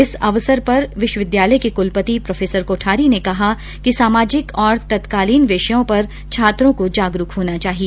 इस अवसर पर विश्वविद्यालय के कुलपति प्रो कोठारी ने कहा कि सामाजिक और तत्कालीन विषयों पर छात्रों को जागरूक होना चाहिए